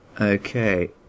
Okay